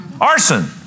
Arson